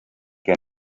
que